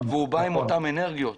והוא בא עם אותן אנרגיות,